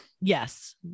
yes